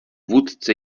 vůdce